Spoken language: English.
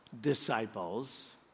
disciples